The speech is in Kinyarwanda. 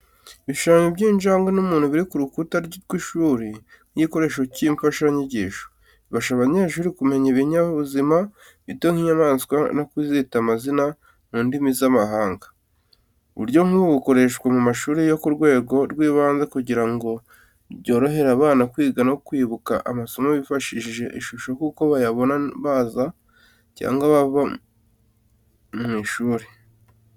Ibishushanyo by'injangwe n'umuntu biri ku rukuta rw’ishuri nk’igikoresho cy’imfashanyigisho. Bifasha abanyeshuri kumenya ibinyabuzima bito nk’inyamaswa no kuzita amazina mu ndimi z’amahanga. Uburyo nk’ubu bukoreshwa mu mashuri yo ku rwego rw’ibanze kugira ngo byorohere abana kwiga no kwibuka amasomo bifashishije ishusho kuko bayabona baza cyangwa bava mu ishuri.